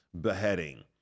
beheading